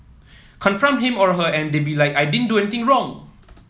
confront him or her and they be like I didn't do anything wrong